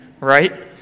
right